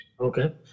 Okay